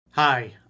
Hi